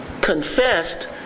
confessed